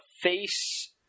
face